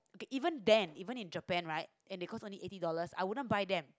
even them even in Japan right and they costs only eighty dollars I wouldn't buy them